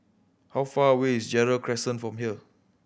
how far away is Gerald Crescent from here